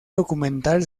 documental